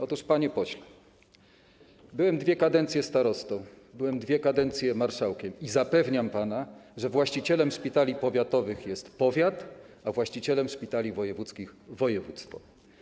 Otóż, panie pośle, byłem dwie kadencje starostą, byłem dwie kadencje marszałkiem i zapewniam pana, że właścicielem szpitali powiatowych jest powiat, a właścicielem szpitali wojewódzkich - województwo.